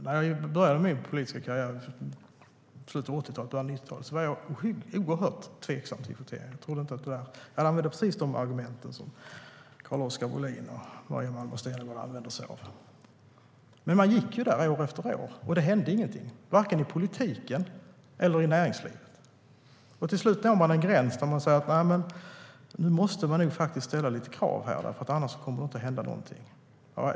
När jag började min politiska karriär i slutet av 80-talet och början av 90-talet var jag oerhört tveksam till kvotering, och jag använde precis de argument som Carl-Oskar Bohlin och Maria Malmer Stenergard använder sig av. Men man gick där år efter år och ingenting hände, varken i politiken eller i näringslivet. Till slut drar man en gräns där man säger att nej, nu måste vi nog faktiskt ställa lite krav, för annars kommer det inte att hända någonting.